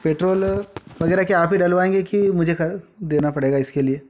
petrol वगैरह क्या आप ही डलवाएंगे कि मुझे ख देना पड़ेगा इसके लिए